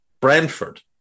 Brentford